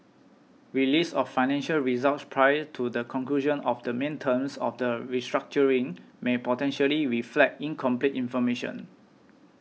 release of financial results prior to the conclusion of the main terms of the restructuring may potentially reflect incomplete information